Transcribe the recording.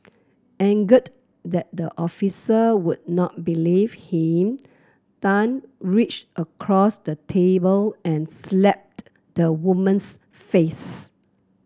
angered that the officer would not believe him Tan reached across the table and slapped the woman's face